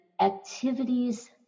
activities